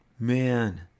man